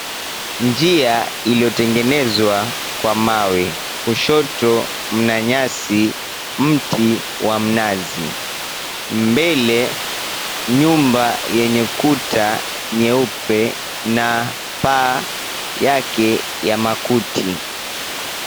Njia iliyotengenezwa kwa mawe, kushoto mna nyasi, mti ya minazi, mbele nyumba yenye kuta nyeupe na paa yake ya makuti.